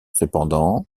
cependant